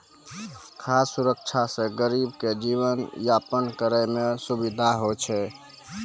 खाद सुरक्षा से गरीब के जीवन यापन करै मे सुविधा होय छै